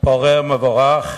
פורה ומבורך,